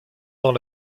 dans